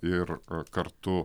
ir kartu